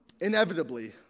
inevitably